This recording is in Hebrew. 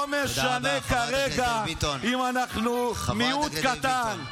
לא משנה כרגע אם אנחנו מיעוט קטן.